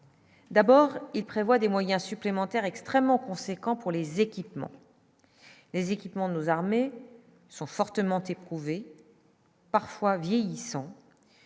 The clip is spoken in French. D'abord, il prévoit des moyens supplémentaires extrêmement conséquent pour les équipements, les équipements de nos armées sont fortement éprouvée, parfois vieillissants